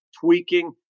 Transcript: tweaking